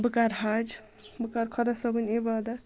بہٕ کَرٕ حج بہٕ کَرٕ خۄدا صٲبٕنۍ عبادت